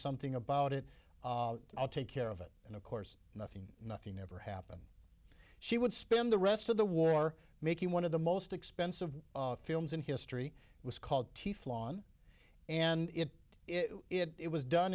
something about it i'll take care of it and of course nothing nothing ever happens she would spend the rest of the war making one of the most expensive films in history was called t fly on and it it was done